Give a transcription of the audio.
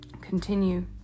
continue